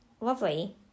lovely